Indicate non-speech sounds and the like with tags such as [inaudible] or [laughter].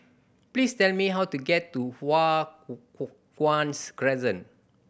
please tell me how to get to Hua [hesitation] Guan Crescent